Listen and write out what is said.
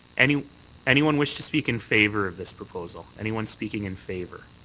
any anyone wish to speak in favour of this proposal? anyone speaking in favour?